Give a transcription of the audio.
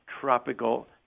tropical